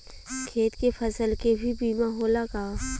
खेत के फसल के भी बीमा होला का?